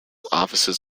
offices